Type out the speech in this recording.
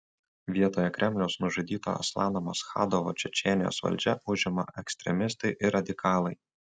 vietoje kremliaus nužudyto aslano maschadovo čečėnijos valdžią užima ekstremistai ir radikalai